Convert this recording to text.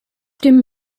dem